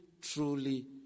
truly